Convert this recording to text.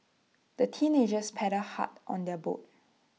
the teenagers paddled hard on their boat